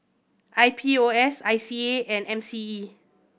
I P O S I C A and M C E